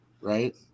right